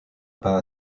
pas